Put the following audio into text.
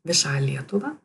visą lietuvą